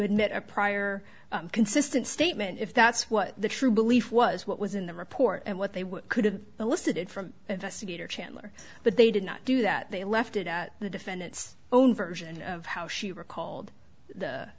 admit a prior consistent statement if that's what the true belief was what was in the report and what they could have elicited from investigator chandler but they did not do that they left it at the defendant's own version of how she recalled the